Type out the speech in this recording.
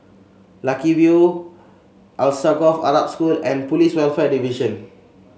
Lucky View Alsagoff Arab School and Police Welfare Division